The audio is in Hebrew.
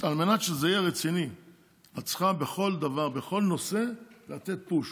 על מנת שזה יהיה רציני את צריכה בכל נושא לתת פוש,